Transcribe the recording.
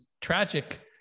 tragic